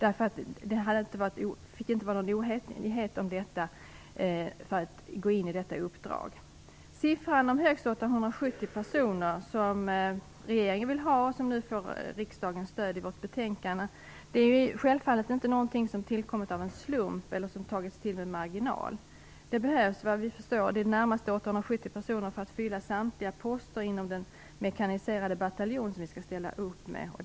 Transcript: Det fick inte råda någon oenighet om detta uppdrag. Siffran om högst 870 personer som regeringen vill ha och som har riksdagens stöd är självfallet inte någonting som tillkommit av en slump eller som tagits till med marginal. Det behövs i det närmaste 870 personer för att fylla samtliga poster inom den mekaniserade bataljon som vi skall ställa upp med.